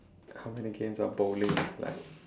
how many games of bowling like